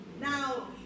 Now